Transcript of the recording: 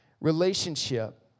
relationship